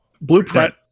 blueprint